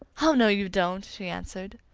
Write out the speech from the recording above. oh, no, you don't! she answered.